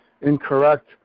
incorrect